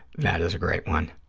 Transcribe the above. that is a great one,